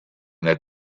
that